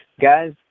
Guys